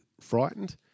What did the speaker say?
frightened